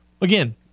Again